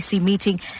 Meeting